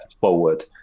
forward